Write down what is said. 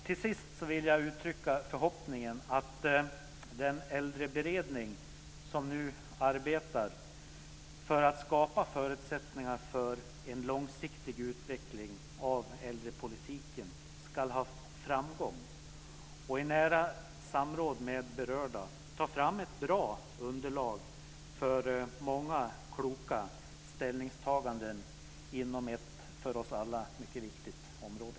Till sist vill jag uttrycka förhoppningen att den äldreberedning som nu arbetar för att skapa förutsättningar för en långsiktig utveckling av äldrepolitiken ska ha framgång och i nära samråd med berörda ta fram ett bra underlag för många kloka ställningstaganden inom ett för oss alla mycket viktigt område.